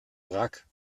wrack